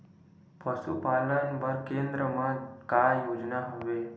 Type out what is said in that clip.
पशुपालन बर केन्द्र म का योजना हवे?